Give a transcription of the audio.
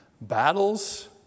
battles